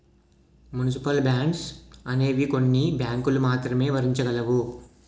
municipal bonds అనేవి కొన్ని బ్యాంకులు మాత్రమే భరించగలవు